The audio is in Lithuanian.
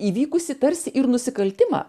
įvykusį tarsi ir nusikaltimą